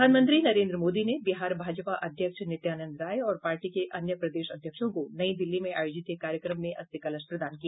प्रधानमंत्री नरेंद्र मोदी ने बिहार भाजपा अध्यक्ष नित्यानंद राय और पार्टी के अन्य प्रदेश अध्यक्षों को नई दिल्ली में आयोजित एक कार्यक्रम में अस्थि कलश प्रदान किया